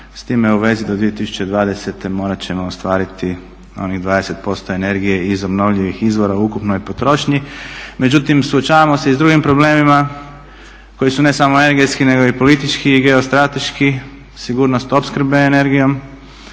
s time u vezi do 2020.morat ćemo ostvariti onih 20% energije iz obnovljivih izvora u ukupnoj potrošnji. Međutim, suočavamo se i s drugim problemima koji su ne samo energetski nego i politički i geostrateški sigurnost opskrbe energijom